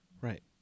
Right